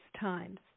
times